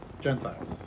Gentiles